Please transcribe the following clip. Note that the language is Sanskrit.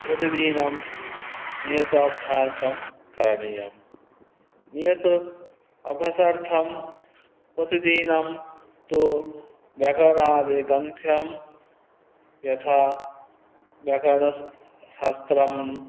प्रतिदिनं नियताभ्यासं करणीयं नियताभ्यासार्थं प्रतिदिनं तु व्याकरणादि ग्रन्थाः यथा व्याकरणशास्त्रम्